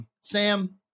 sam